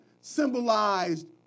symbolized